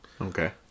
Okay